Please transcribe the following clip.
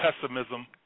pessimism